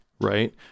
right